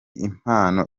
impano